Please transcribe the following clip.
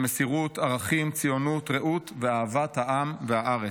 במסירות, ערכים, ציונות, רעות ואהבת העם והארץ.